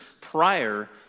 prior